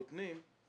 בוטנים,